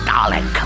Dalek